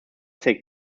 take